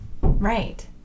Right